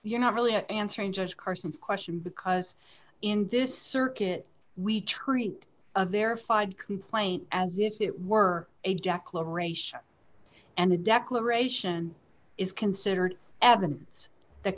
you're not really answering just carson's question because in this circuit we treat of their fide complaint as if it were a declaration and a declaration is considered evidence that